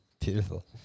Beautiful